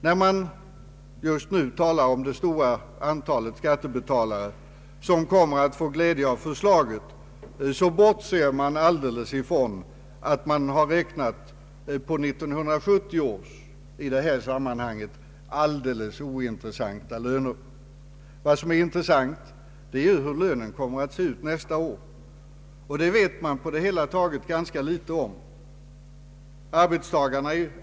När man just nu talar om det stora antalet skattebetalare som kommer att få glädje av förslaget, bortser man alldeles ifrån att man räknat på 1970 års i det här sammanhanget helt ointressanta löner. Vad som är intressant är hur lönen kommer att se ut nästa år. Och det vet man på det hela taget ganska litet om.